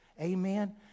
Amen